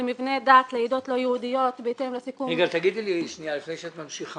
אנחנו עוברים לסעיף שינויים בתקציב לשנת